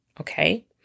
okay